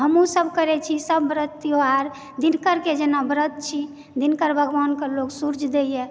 हमहुँसभ करैत छी सभ व्रत त्यौहार दिनकरके जेना व्रत छी दिनकर भगवानके लोग सूर्य दयए